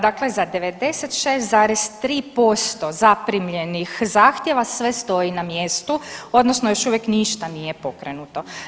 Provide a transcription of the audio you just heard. Dakle, za 96,3% zaprimljenih zahtjeva sve stoji na mjestu, odnosno još uvijek ništa nije pokrenuto.